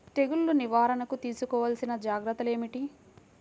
తెగులు నివారణకు తీసుకోవలసిన జాగ్రత్తలు ఏమిటీ?